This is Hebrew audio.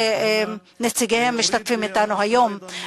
שנציגיהם משתתפים אתנו היום.